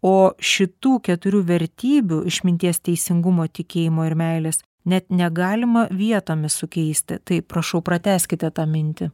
o šitų keturių vertybių išminties teisingumo tikėjimo ir meilės net negalima vietomis sukeisti tai prašau pratęskite tą mintį